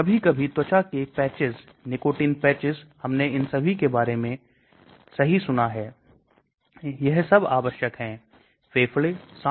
यह कुछ त्वचा रोगों के इलाज के लिए एक जीवाणुरोधी है जबकि यह 5 aminosalicylic acid है